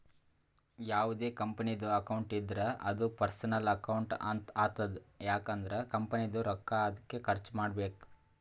ಯಾವ್ದೇ ಕಂಪನಿದು ಅಕೌಂಟ್ ಇದ್ದೂರ ಅದೂ ಪರ್ಸನಲ್ ಅಕೌಂಟ್ ಆತುದ್ ಯಾಕ್ ಅಂದುರ್ ಕಂಪನಿದು ರೊಕ್ಕಾ ಅದ್ಕೆ ಖರ್ಚ ಮಾಡ್ಬೇಕು